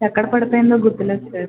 ఎక్కడ పడిపోయిందో గుర్తులేదు సార్